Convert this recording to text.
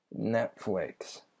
Netflix